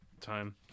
time